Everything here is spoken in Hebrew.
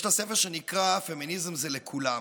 יש לה ספר שנקרא "פמיניזם זה לכולם".